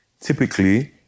Typically